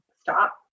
stop